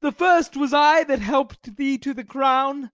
the first was i that help'd thee to the crown